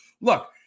Look